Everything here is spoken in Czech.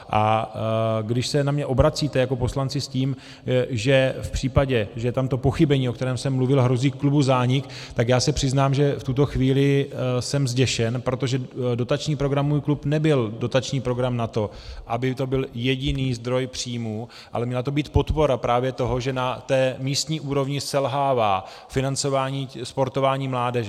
A když se na mě obracíte jako poslanci s tím, že v případě, že je tam to pochybení, o kterém jsem mluvil, a hrozí klubu zánik, tak já se přiznám, že v tuto chvíli jsem zděšen, protože dotační program Můj klub nebyl dotační program na to, aby to byl jediný zdroj příjmů, ale měla to být podpora právě toho, že na té místní úrovni selhává financování sportování mládeže.